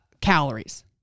calories